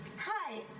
Hi